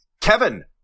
Kevin